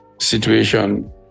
situation